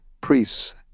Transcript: priests